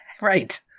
right